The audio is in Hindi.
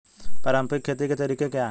पारंपरिक खेती के तरीके क्या हैं?